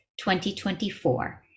2024